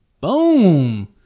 boom